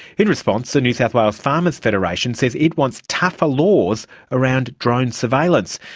in response the new south wales farmers federation says it wants tougher laws around drone surveillance,